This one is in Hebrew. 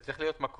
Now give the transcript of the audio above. ודאי שתהיה הצבעה.